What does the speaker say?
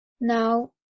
now